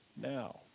now